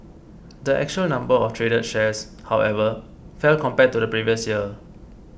the actual number of traded shares however fell compared to the previous year